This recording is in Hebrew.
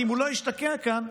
כי אם הוא לא השתקע כאן,